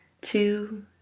two